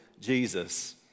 Jesus